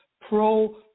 pro